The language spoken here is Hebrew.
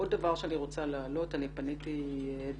עוד דבר שאני רוצה להעלות: פניתי בעניין